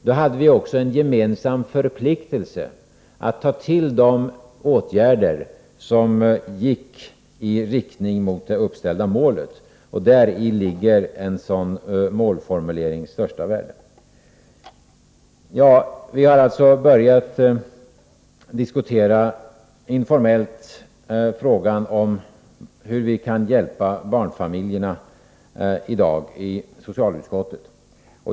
Då hade vi också en gemensam förpliktelse att vidta de åtgärder som gick i riktning mot det uppställda målet. Däri ligger en sådan målformulerings största värde. I socialutskottet har vi alltså i dag informellt börjat diskutera frågan huruvida vi kan hjälpa barnfamiljerna.